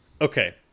okay